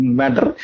matter